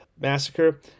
Massacre